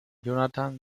jonathan